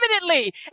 permanently